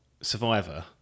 Survivor